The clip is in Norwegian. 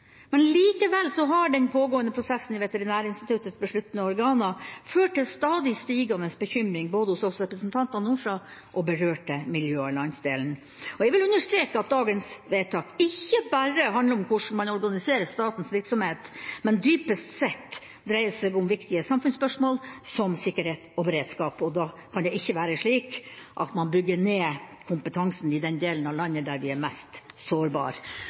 men likevel har den pågående prosessen i Veterinærinstituttets besluttende organer ført til en stadig stigende bekymring hos både oss representanter nordfra og berørte miljøer i landsdelen. Jeg vil understreke at dagens vedtak ikke bare handler om hvordan man organiserer statens virksomhet, men at det dypest sett dreier seg om viktige samfunnsspørsmål som sikkerhet og beredskap, og da kan man ikke bygge ned kompetansen i den delen av landet der de er mest